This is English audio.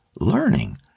learning